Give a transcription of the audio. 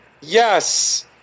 yes